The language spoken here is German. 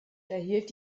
erhielt